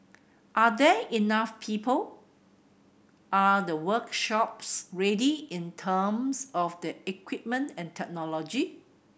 are there enough people are the workshops ready in terms of the equipment and technology